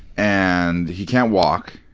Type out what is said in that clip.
and he can't walk.